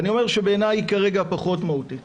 בעיניי היא כרגע פחות מהותית.